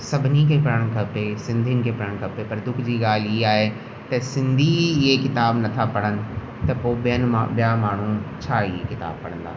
सभिनी खे पढ़णु खपे सिंधियुनि खे पढ़णु खपे पर दुख जी ॻाल्हि इहा आहे त सिंधी इहे किताब नथा पढ़ण त पोइ ॿियनि मां ॿिया माण्हू छा ई किताब पढंदा